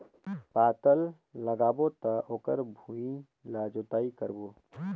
पातल लगाबो त ओकर भुईं ला जोतई करबो?